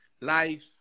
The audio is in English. life